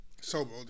Sober